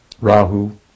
Rahu